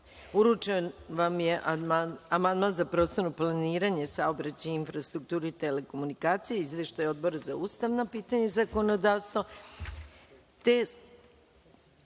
vam je amandman Odbora za prostorno planiranje, saobraćaj, infrastrukturu i telekomunikacije, izveštaj Odbora za ustavna pitanja i zakonodavstvo. Odbor